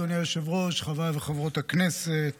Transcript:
אדוני היושב-ראש, חבריי חברות הכנסת